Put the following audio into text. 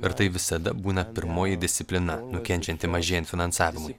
ir tai visada būna pirmoji disciplina nukenčianti mažėjant finansavimui